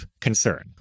concern